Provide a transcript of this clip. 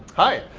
hi,